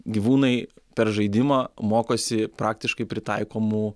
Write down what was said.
gyvūnai per žaidimą mokosi praktiškai pritaikomų